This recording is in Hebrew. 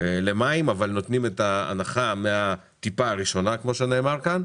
למים אבל נותנים את ההנחה מהטיפה הראשונה,